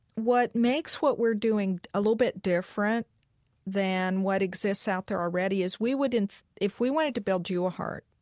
what makes what we're doing a little bit different than what exists out there already is we would if we wanted to build you a heart,